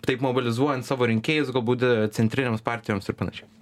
taip mobilizuojant savo rinkėjus galbūt centrinėms partijoms ir panašiai